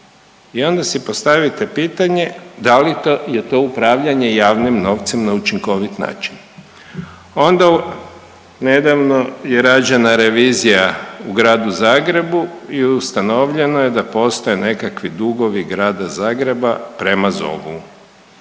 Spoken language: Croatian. i onda si postavite pitanje da li je to upravljanje javnim novcem na učinkovit način? Onda nedavno je rađena revizija u Gradu Zagrebu i ustanovljeno je da postoje nekakvi dugovi Grada Zagreba prema ZOV-u.